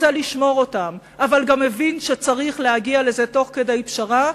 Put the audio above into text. רוצה לשמור אותם אבל גם מבין שצריך להגיע לזה תוך כדי פשרה,